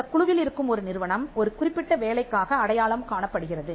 அந்தக் குழுவில் இருக்கும் ஒரு நிறுவனம் ஒரு குறிப்பிட்ட வேலைக்காக அடையாளம் காணப்படுகிறது